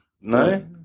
no